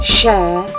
share